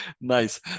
Nice